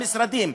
המשרדים,